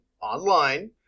online